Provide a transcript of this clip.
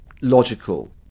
logical